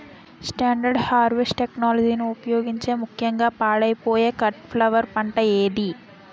Standard harvest టెక్నాలజీని ఉపయోగించే ముక్యంగా పాడైపోయే కట్ ఫ్లవర్ పంట ఏది?